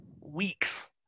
weeks